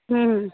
হুম